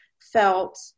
felt